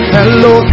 Hello